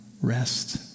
rest